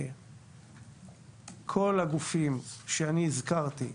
כל הגופים שאני הזכרתי,